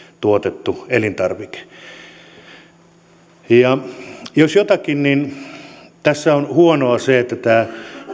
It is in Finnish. tuotettu elintarvike jos jotakin tässä on huonoa niin se että tämä